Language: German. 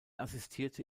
assistierte